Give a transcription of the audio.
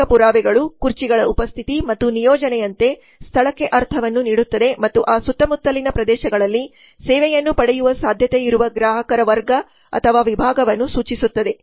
ಭೌತಿಕ ಪುರಾವೆಗಳು ಕುರ್ಚಿಗಳ ಉಪಸ್ಥಿತಿ ಮತ್ತು ನಿಯೋಜನೆಯಂತೆ ಸ್ಥಳಕ್ಕೆ ಅರ್ಥವನ್ನು ನೀಡುತ್ತದೆ ಮತ್ತು ಆ ಸುತ್ತಮುತ್ತಲಿನ ಪ್ರದೇಶಗಳಲ್ಲಿ ಸೇವೆಯನ್ನು ಪಡೆಯುವ ಸಾಧ್ಯತೆಯಿರುವ ಗ್ರಾಹಕರ ವರ್ಗ ಅಥವಾ ವಿಭಾಗವನ್ನು ಸೂಚಿಸುತ್ತದೆ